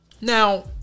now